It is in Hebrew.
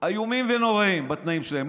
איומים ונוראים בתנאים שלהם,